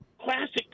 classic